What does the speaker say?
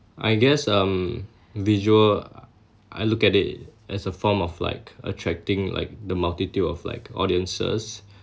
I guess um visual I look at it as a form of like attracting like the multitude of like audiences